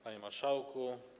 Panie Marszałku!